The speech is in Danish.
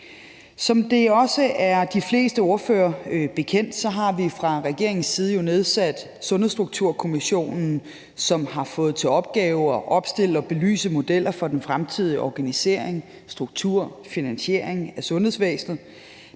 Som det også er de fleste ordfører bekendt, har vi fra regeringens side jo nedsat Sundhedsstrukturkommissionen, som har fået til opgave at opstille og belyse modeller for den fremtidige organisering, struktur og finansiering af sundhedsvæsenet.